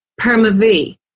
PERMA-V